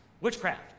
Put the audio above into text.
Witchcraft